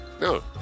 No